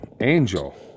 angel